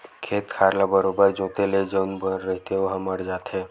खेत खार ल बरोबर जोंते ले जउन बन रहिथे ओहा मर जाथे